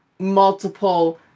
multiple